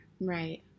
Right